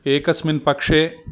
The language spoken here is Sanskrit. एकस्मिन् पक्षे